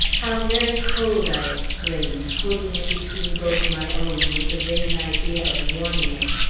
how very cold! i exclaimed, holding it between both my own, with the vain idea of warming it.